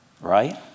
right